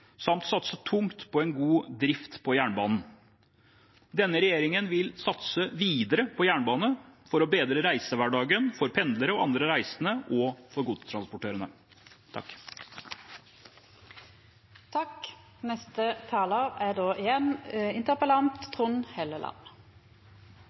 satse tungt på en god drift på jernbanen. Denne regjeringen vil satse videre på jernbane for å bedre reisehverdagen for pendlere og andre reisende, og for godstransportørene.